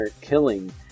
killing